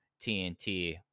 TNT